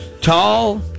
tall